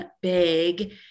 big